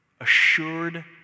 assured